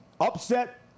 Upset